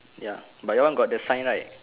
ya but your one got the sign right